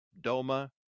DOMA